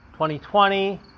2020